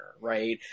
right